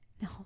no